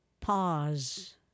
Pause